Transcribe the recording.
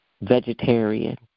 vegetarian